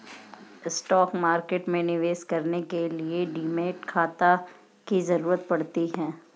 stock market में निवेश करने के लिए डीमैट खाता की जरुरत पड़ती है